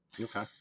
Okay